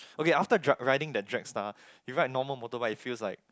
okay after dra~ riding that drag star you ride normal motorbike it feels like